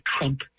Trump